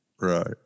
Right